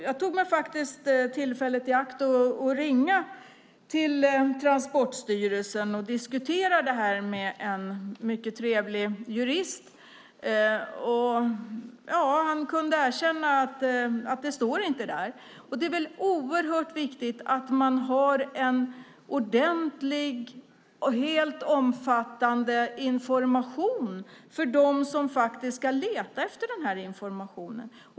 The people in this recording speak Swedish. Jag tog tillfället i akt och ringde till Transportstyrelsen för att diskutera frågan med en mycket trevlig jurist. Han kunde erkänna att cabotage inte finns med. Det är väl oerhört viktig att man har en ordentlig och helt omfattande information för dem som faktiskt ska leta efter informationen.